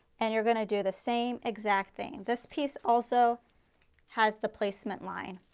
and you are going to do the same exact thing. this piece also has the placement line,